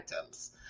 items